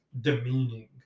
demeaning